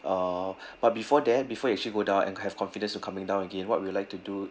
uh but before that before you actually go down and have confidence with coming down again what we will like to do